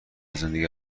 زندگی